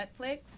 Netflix